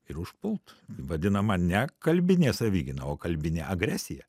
ir užpult vadinama ne kalbinė savigyna o kalbinė agresija